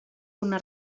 una